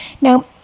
Now